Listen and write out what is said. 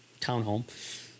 townhome